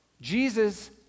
Jesus